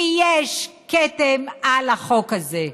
כי יש כתם על החוק הזה.